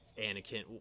Anakin